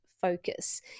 focus